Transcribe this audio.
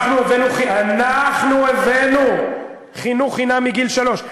אנחנו הבאנו, אנחנו הבאנו, חינוך חינם מגיל שלוש.